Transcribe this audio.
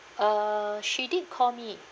uh she did call me